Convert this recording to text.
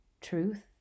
truth